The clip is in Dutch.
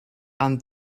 aan